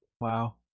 Wow